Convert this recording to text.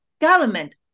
government